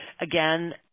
Again